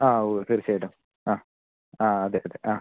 ആ ഉവ്വ് തീർച്ചയായിട്ടും ആ ആ അതെ അതെ ആ